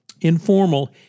informal